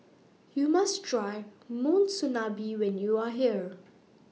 YOU must Try Monsunabe when YOU Are here